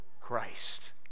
Christ